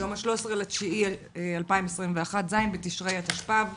היום ה-13 בספטמבר 2021, ז' בתשרי התשפ"ב.